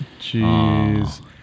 Jeez